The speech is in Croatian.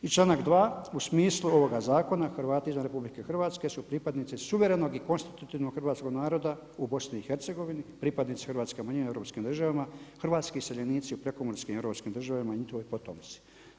I članak 2. u smislu ovoga zakona Hrvati izvan Republike Hrvatske su pripadnici suvremenog i konstitutitvnog hrvatskoga naroda u BiH, pripadnici hrvatske manjine u Europskim državama, hrvatski iseljenici u prekomorskim europskih državama i njihovi potomci.